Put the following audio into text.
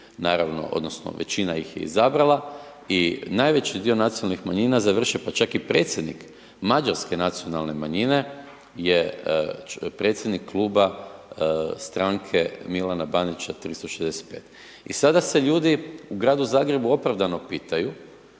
naravno odnosno većina ih je izabrala i najveći dio nacionalnih manjina završe, pa čak i predsjednik Mađarske nacionalne manjine je predsjednik Kluba stranke Milana Bandića 365. I sada se ljudi u Gradu Zagrebu opravdano pitaju